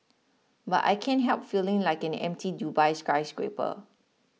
but I can't help feeling like an empty Dubai skyscraper